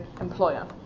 employer